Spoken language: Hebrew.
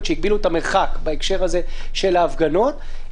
שהגבילו את המרחק בהקשר הזה של ההפגנות,